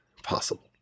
possible